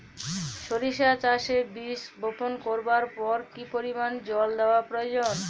সরিষা চাষে বীজ বপন করবার পর কি পরিমাণ জল দেওয়া প্রয়োজন?